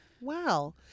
Wow